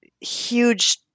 huge